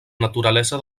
naturalesa